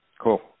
Cool